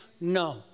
No